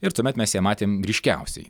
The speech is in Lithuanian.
ir tuomet mes ją matėm ryškiausiai